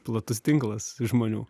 platus tinklas žmonių